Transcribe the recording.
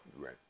Right